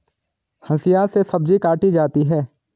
हंसिआ से सब्जी काटी जाती है